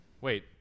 Wait